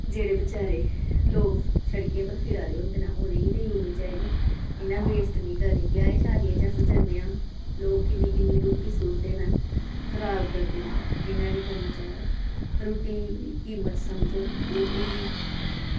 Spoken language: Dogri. जेह्ड़े बचैरे लोग शड़कें पर फिरा दे होंदे नै उनेंगी देई ओड़नी चाही दी ऐ इ'यां वेस्ट निं करनी ब्याहें शादियें च अस जन्ने आं लोग किन्नी किन्नी रुट्टी सुटदे नै खराब करदे नै इ'यां निं करना चाही दा रुट्टी दी किमत समझो रुट्टी